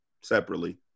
separately